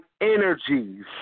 energies